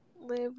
Live